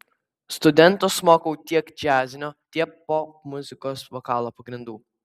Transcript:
studentus mokau tiek džiazinio tiek popmuzikos vokalo pagrindų